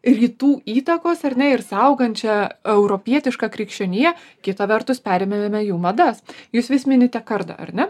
rytų įtakos ar ne ir saugančią europietišką krikščioniją kita vertus perėmėmėme jų madas jūs vis minite kardą ar ne